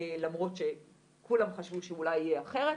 למרות שכולם חשבו שאולי יהיה אחרת,